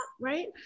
right